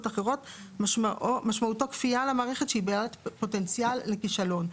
אחרות משמעותו כפייה על המערכת שהיא בעלת פוטנציאל לכישלון.